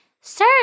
Sir